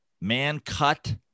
man-cut